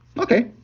Okay